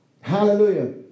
Hallelujah